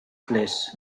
place